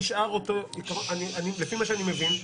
לפי מה שאני מבין,